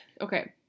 okay